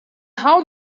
how